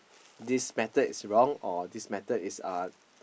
this method is wrong or this method is uh